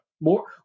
more